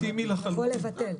לגיטימי לחלוטין.